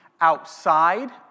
outside